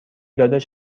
داداش